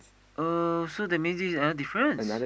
oh so that means that is another difference